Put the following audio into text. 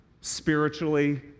spiritually